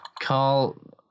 Carl